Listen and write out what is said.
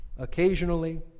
Occasionally